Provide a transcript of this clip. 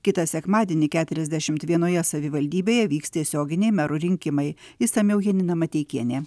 kitą sekmadienį keturiasdešimt vienoje savivaldybėje vyks tiesioginiai merų rinkimai išsamiau janina mateikienė